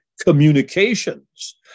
communications